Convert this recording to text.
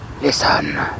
Listen